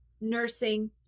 nursing